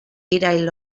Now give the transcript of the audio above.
irail